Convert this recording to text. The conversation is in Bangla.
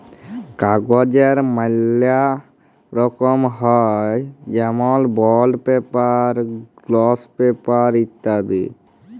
কাগজের ম্যালা রকম হ্যয় যেমল বন্ড পেপার, গ্লস পেপার ইত্যাদি